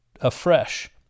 afresh